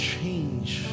Change